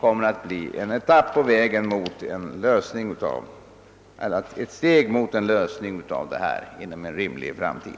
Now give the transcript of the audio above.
kommer att innebära ett steg mot en lösning av frågan inom en rimlig framtid.